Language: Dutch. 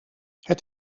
het